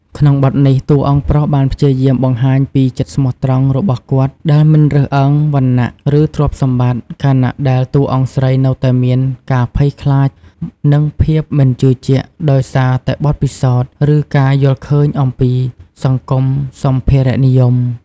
ក្នុងបទនេះ តួអង្គប្រុសបានព្យាយាមបង្ហាញពី ចិត្តស្មោះត្រង់របស់គាត់ដែលមិនរើសអើងវណ្ណៈ ឬទ្រព្យសម្បត្តិ ខណៈដែលតួអង្គស្រីនៅតែមាន ការភ័យខ្លាច និងភាពមិនជឿជាក់ ដោយសារតែបទពិសោធន៍ ឬការយល់ឃើញអំពីសង្គមសម្ភារៈនិយម។